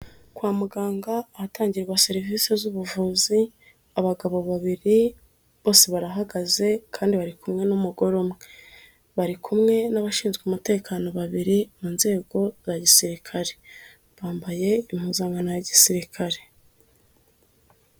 Kwa muganga ahatangirwa serivise z'ubuvuzi abagabo babiri bose barahagaze kandi bari kumwe n'umugore umwe, bari kumwe n'abashinzwe umutekano babiri mu nzego za gisirikare, bambaye impuzankano ya gisirikare.